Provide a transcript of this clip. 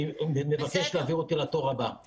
אני מבקש להעביר אותי לתור הבא, בסדר?